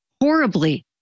horribly